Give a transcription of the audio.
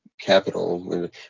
capital